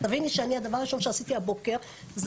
תביני שאני הדבר הראשון שעשיתי הבוקר זה